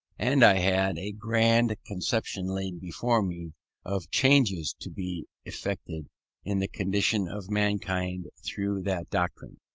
and i had a grand conception laid before me of changes to be effected in the condition of mankind through that doctrine.